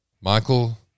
Michael